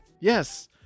Yes